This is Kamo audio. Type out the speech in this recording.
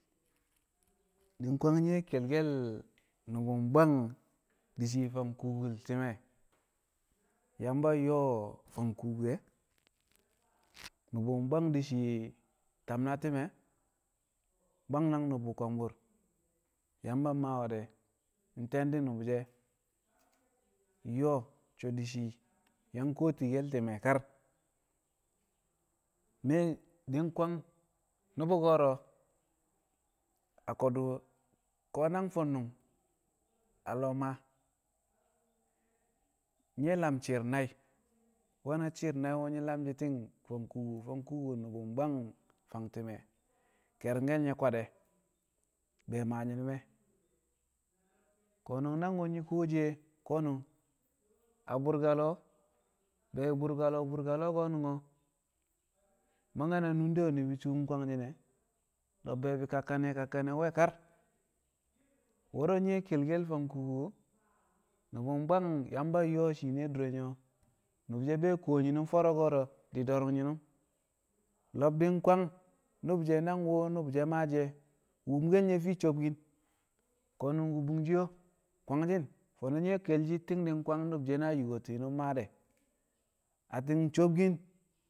Di̱ kwang nyi̱ we̱ ke̱lke̱l nu̱bu̱ bwang di̱ shi̱ fang kuukul ti̱me̱ Yamba yo̱o̱ fang kuuku e̱ nu̱bu̱ bwang di̱ shii tam na ti̱me̱ shii bwang nang nu̱bu̱ ko̱mbu̱r Yamba maa we̱ de̱ nte̱ndi̱ nu̱bu̱ she̱ nyo̱o̱ so̱ di̱ shi̱ yang kuwotikel ti̱me̱ kar di̱ kwang nu̱bu̱ ko̱ro̱ a ko̱du̱ ko̱ nang fu̱nu̱ng a lo̱o̱ Maa nyi̱ we̱ lam shi̱i̱r nai̱ we̱na shi̱i̱r nai̱ wu̱ nyi̱ lamshi̱ ti̱ng fang kuuku nu̱bu̱ fang kuuku bwang fang ti̱me̱ ke̱ri̱ngke̱l nye̱ kwad de̱ be̱ maa nyi̱nu̱m e̱ ko̱nu̱n nangwu̱ nyi̱ kuwoshi e̱ ko̱nu̱n a bu̱rka lo̱o̱ be̱e̱bi̱ bu̱rka lo̱o̱ bu̱rka lo̱o̱ konu̱n ko̱ mangke̱ na nunde wu̱ ni̱bi̱ shuum e̱ kwangshi̱ne̱ lo̱b be̱e̱bi̱ kakkane̱ kakkane̱ we̱ kar wo̱ro̱ nyi̱ we̱ ke̱lke̱l fang kuuku nu̱bu̱ bwang Yamba yo̱o̱ shiine a dure nye̱ nu̱bu̱ she̱ be̱ kuwo nyinum fo̱ro̱ ko̱ro̱ di̱ do̱r nyinum lo̱b di̱ kwang nangwu̱ nu̱bu̱ she̱ maashi̱ e̱ wu̱mke̱l nye̱ fii sobkin ko̱nun wu̱bu̱ng shi̱ e̱ kwangshi̱n fo̱no̱ nyi̱ ke̱lke̱l shi ti̱ng kwang nu̱bu̱ she̱ yu̱ko̱tɪn nyinum maa de̱ atti̱n sobkin